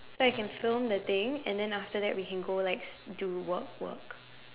so I can film the thing and then after that we can go like do work work